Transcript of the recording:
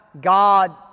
God